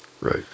Right